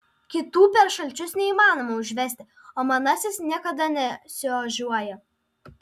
kitų per šalčius neįmanoma užvesti o manasis niekada nesiožiuoja